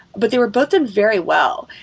but they were both done very well.